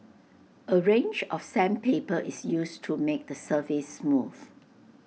A range of sandpaper is used to make the surface smooth